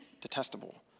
detestable